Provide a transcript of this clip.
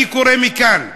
אני קורא מכאן,